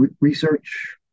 research